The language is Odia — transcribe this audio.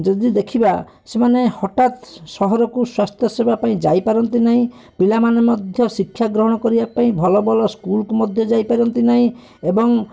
ଯଦି ଦେଖିବା ସେମାନେ ହଠାତ୍ ସହରକୁ ସ୍ୱାସ୍ଥ୍ୟ ସେବାପାଇଁ ଯାଇପାରନ୍ତି ନାହିଁ ପିଲାମାନେ ମଧ୍ୟ ଶିକ୍ଷା ଗ୍ରହଣ କରିବାପାଇଁ ଭଲ ଭଲ ସ୍କୁଲ୍ କୁ ମଧ୍ୟ ଯାଇପାରନ୍ତି ନାହିଁ ଏବଂ